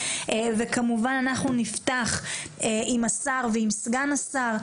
וכמובן אנחנו נפתח עם השר ועם סגן השר,